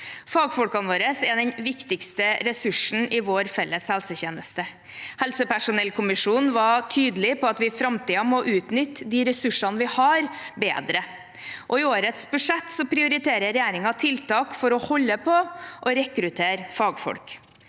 Fagfolkene våre er den viktigste ressursen i vår felles helsetjeneste. Helsepersonellkommisjonen var tydelig på at vi i framtiden må utnytte de ressursene vi har, bedre, og i årets budsjett prioriterer regjeringen tiltak for å holde på og rekruttere fagfolk.